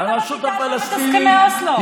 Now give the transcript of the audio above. למה לא ביטלתם את הסכמי אוסלו?